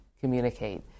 communicate